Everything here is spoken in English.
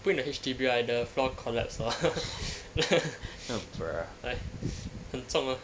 put in the H_D_B right the floor collapse lor like 很重 lor